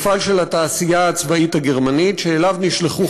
מפעל של התעשייה הצבאית הגרמנית שאליו נשלחו